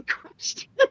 question